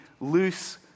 loose